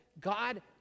God